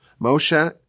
Moshe